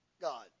God